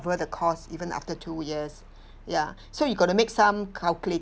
the cost even after two years ya so you got to make some calculated